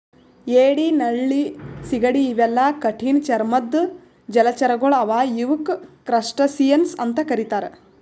ಏಡಿ ನಳ್ಳಿ ಸೀಗಡಿ ಇವೆಲ್ಲಾ ಕಠಿಣ್ ಚರ್ಮದ್ದ್ ಜಲಚರಗೊಳ್ ಅವಾ ಇವಕ್ಕ್ ಕ್ರಸ್ಟಸಿಯನ್ಸ್ ಅಂತಾ ಕರಿತಾರ್